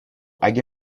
اگه